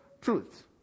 truth